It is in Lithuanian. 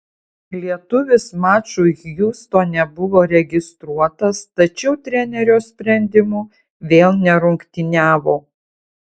lietuvis mačui hjustone buvo registruotas tačiau trenerio sprendimu vėl nerungtyniavo